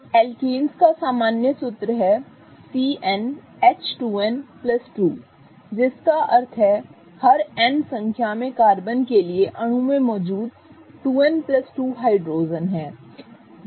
alkanes का एक सामान्य सूत्र है CnH2n2 जिसका अर्थ है हर n संख्या में कार्बन के लिए अणु में मौजूद 2n प्लस 2 हाइड्रोजन हैं